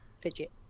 fidget